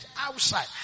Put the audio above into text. outside